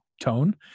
tone